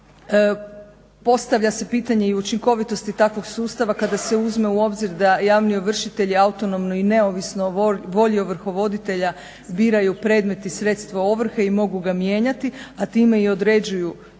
Postavlja se pitanje i učinkovitosti takvog sustava kada se uzme u obzir da javni ovršitelji autonomno i neovisno volji ovrhovoditelja biraju predmet i sredstvo ovrhe i mogu ga mijenjati, a time i određuju trošak